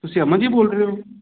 ਤੁਸੀਂ ਅਮਨ ਜੀ ਬੋਲ ਰਹੇ ਹੋ